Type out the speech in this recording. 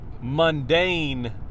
mundane